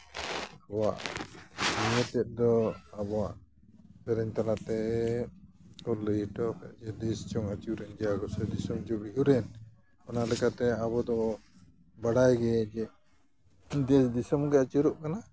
ᱟᱵᱚᱣᱟᱜ ᱥᱤᱢᱟᱹ ᱥᱮᱫ ᱫᱚ ᱟᱵᱚᱣᱟᱜ ᱥᱮᱨᱮᱧ ᱛᱟᱞᱟᱛᱮ ᱠᱚ ᱞᱟᱹᱭ ᱦᱚᱴᱚ ᱠᱟᱜᱼᱟ ᱡᱮ ᱫᱮᱥ ᱪᱚᱝ ᱟᱹᱪᱩᱨᱮᱱ ᱡᱟ ᱜᱚᱸᱥᱟᱭ ᱫᱤᱥᱚᱢ ᱪᱚᱝ ᱵᱤᱦᱩᱨᱮᱱ ᱚᱱᱟᱞᱮᱠᱟᱛᱮ ᱟᱵᱚ ᱫᱚ ᱵᱟᱲᱟᱭ ᱜᱮᱭᱟ ᱡᱮ ᱫᱮᱥ ᱫᱤᱥᱚᱢ ᱜᱮ ᱟᱹᱪᱩᱨᱚᱜ ᱠᱟᱱᱟ